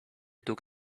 took